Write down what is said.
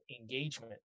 engagement